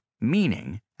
meaning